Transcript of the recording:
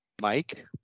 Mike